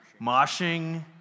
moshing